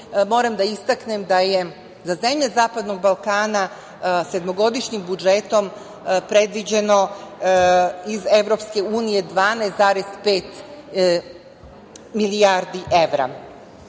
Moram da istaknem da je za zemlje zapadnog Balkana sedmogodišnjim budžetom predviđeno iz EU 12,5 milijardi evra. Iako